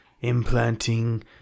implanting